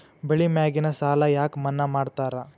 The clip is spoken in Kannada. ಬೆಳಿ ಮ್ಯಾಗಿನ ಸಾಲ ಯಾಕ ಮನ್ನಾ ಮಾಡ್ತಾರ?